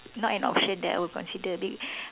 not an option I will consider be